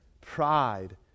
pride